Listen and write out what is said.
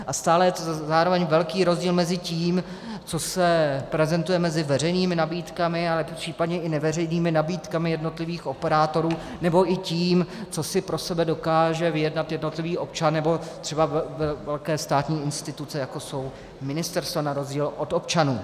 A stále je zároveň velký rozdíl mezi tím, co se prezentuje mezi veřejnými nabídkami, ale případně i neveřejnými nabídkami jednotlivých operátorů, nebo i tím, co si pro sebe dokáže vyjednat jednotlivý občan nebo třeba velké státní instituce, jako jsou ministerstva, na rozdíl od občanů.